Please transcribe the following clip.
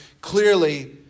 Clearly